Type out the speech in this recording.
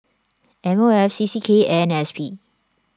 M O F C C K and S P